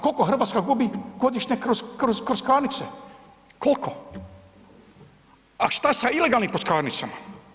Koliko Hrvatska gubi godišnje kroz kockarnice, koliko, a šta sa ilegalnim kockarnicama?